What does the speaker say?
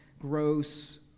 gross